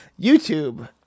YouTube